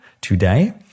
today